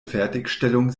fertigstellung